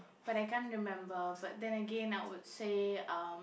but I can't remember but then again I would say um